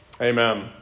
amen